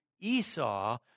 Esau